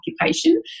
occupation